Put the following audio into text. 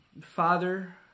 Father